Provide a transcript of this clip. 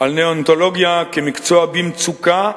על נאונטולוגיה כמקצוע במצוקה,